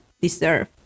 deserve